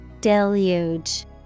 Deluge